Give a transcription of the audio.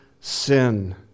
sin